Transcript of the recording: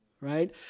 right